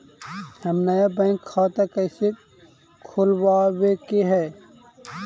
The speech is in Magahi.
हम नया बैंक खाता कैसे खोलबाबे के है?